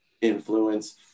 influence